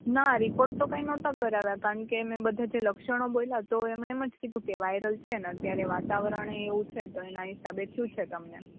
ના રિપોર્ટ તો કાઇ નતા કરાવ્યા કારણ કે મે જે બધા લક્ષણો બોલ્યા તો એમણે એમ જ કીધું કે વાઈલર છે ને અત્યારે વાતાવરણ એ એવું છે તો એના હિસાબે થયુ છે